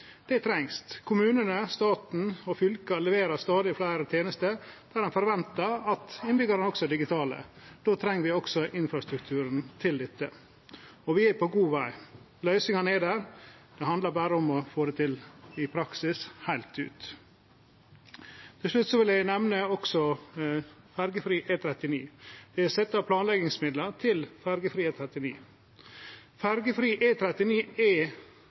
Det trengst. Kommunane, staten og fylka leverer stadig fleire tenester der ein forventar at innbyggjarane også er digitale. Då treng vi også infrastrukturen til dette. Vi er på god veg. Løysingane er der, det handlar berre om å få det til i praksis, heilt ut. Til slutt vil eg nemne ferjefri E39. Vi har sett av planleggingsmidlar til ferjefri E39. Ferjefri E39 er